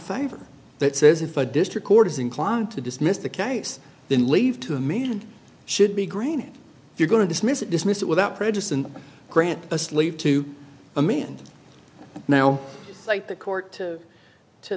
favor that says if a district court is inclined to dismiss the case then leave to remain and should be granted you're going to dismiss it dismissed it without prejudice and grant us leave to amend now like the court to to